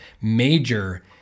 major